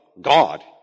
God